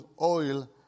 oil